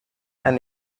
and